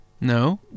no